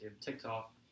TikTok